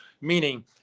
meaning